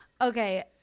Okay